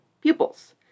pupils